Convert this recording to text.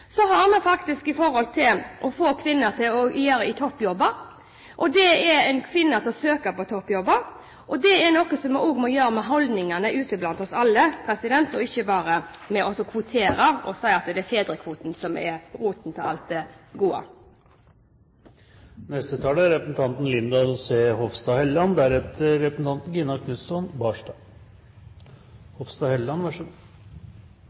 Så har vi faktisk et problem i forhold til å få kvinner til å ta toppjobber, og det er å få kvinner til å søke på toppjobber. Vi må gjøre noe med holdningene ute blant oss alle, og ikke bare kvotere og si at det er fedrekvoten som er roten til alt det gode. Først vil jeg si at jeg synes dette er